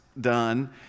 done